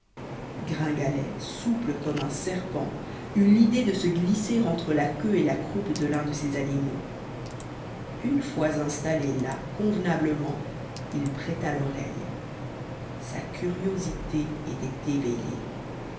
gringalet souple comme un serpent eut l'idée de se glisser entre la queue et la croupe de l'un de ces animaux une fois installé là convenablement il prêta l'oreille sa curiosité était éveillée